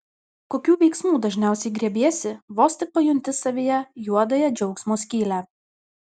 kokių veiksmų dažniausiai griebiesi vos tik pajunti savyje juodąją džiaugsmo skylę